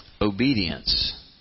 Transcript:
Obedience